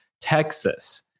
Texas